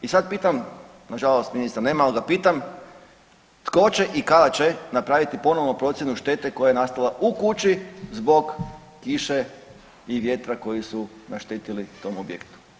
I sad pitam, na žalost ministra nema ali ga pitam tko će i kada će napraviti ponovno procjenu štete koja je nastala u kući zbog kiše i vjetra koji su naštetili tom objektu.